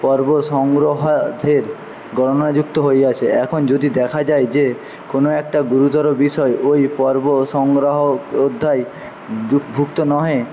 পর্ব সংগ্রহার্থে গণনা যুক্ত হইয়াছে এখন যদি দেখা যায় যে কোনো একটা গুরুতর বিষয় ওই পর্ব সংগ্রহ অধ্যায় ভুক্ত নহে